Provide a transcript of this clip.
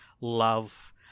love